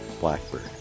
blackbird